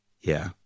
Yeah